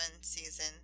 season